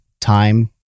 time